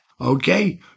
Okay